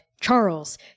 charles